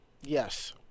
Yes